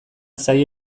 zaila